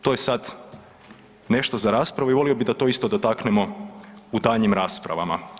To je sad nešto za raspravu i volio bi da to isto dotaknemo u daljnjim rasprava.